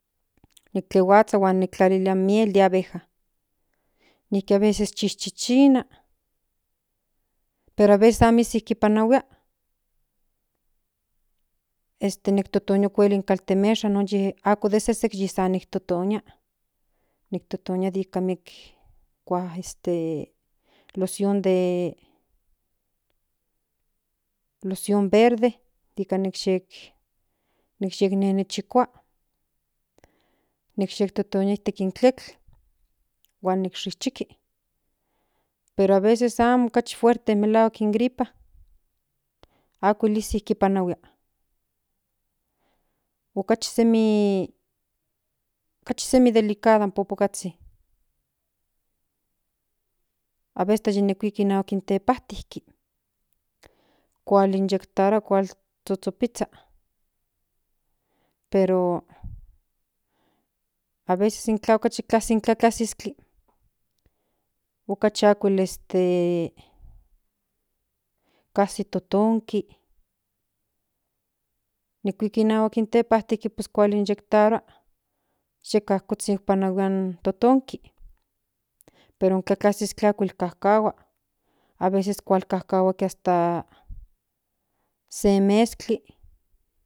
Nen tlahuazha huan niktlalilia miel de abeja nijki aveces yi chichina pero aveces amo izi kipanahuia este niktotonia in kaltemesha este ako se sesek san yiktotonia niktotonia nika miek roción de verde nikan sehsknechekua nik totonia nikan tletl huan nishikchiki pero aveces amo fuerte melahuak in gripa ako izi kipanahuia okachi semi okachi semi delicada in popokazhin aveces ti yimokuika inahuk in tepajti kual inyektarua kual zhuzhopizha pero aveces kasi intla tlatlazistli okachi ako kasi este totonki nikuiti inahuak in tepajtintin pues kualinyektarua yeka kuzhin panahuia in totonki pero in tlatlazistli ako kajkahua aveces kualkualkahuati haste se mezkli.